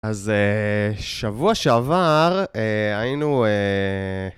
אז שבוע שעבר היינו...